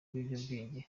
biyobyabwenge